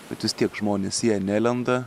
bet vis tiek žmonės į ją nelenda